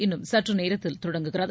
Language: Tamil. இன்னும் சற்று நேரத்தில் தொடங்குகிறது